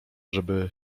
żeby